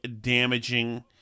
damaging